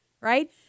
right